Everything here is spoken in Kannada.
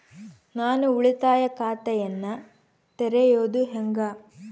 ನಾನು ಉಳಿತಾಯ ಖಾತೆಯನ್ನ ತೆರೆಯೋದು ಹೆಂಗ?